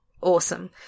awesome